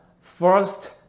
first